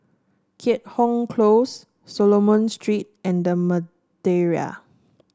Keat Hong Close Solomon Street and The Madeira